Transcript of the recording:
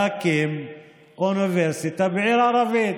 להקים אוניברסיטה בעיר ערבית.